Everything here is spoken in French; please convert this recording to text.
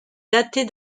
datés